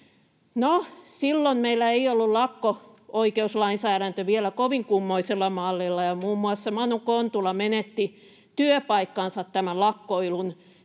silloin meillä ei ollut lakko-oikeuslainsäädäntö vielä kovin kummoisella mallilla, ja muun muassa Manu Kontula menetti työpaikkansa tämän lakkoilun